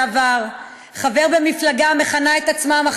על מי אתה מגן, נחמן?